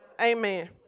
Amen